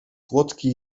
słodki